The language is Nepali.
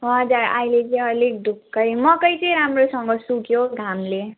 हजुर अहिले चाहिँ अलिक ढुक्कै मकै चाहिँ राम्रोसँग सुक्यो हौ घामले